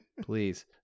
Please